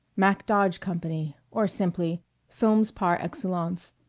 mack dodge company, or simply films par excellence.